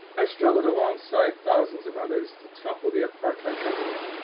i struggled alongside thousands of others to topple the apartheid government,